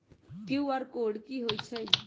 QR code कि हई छई?